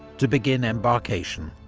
to begin embarkation.